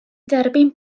derbyn